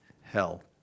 hell